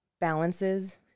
balances